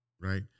right